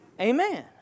Amen